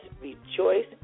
rejoice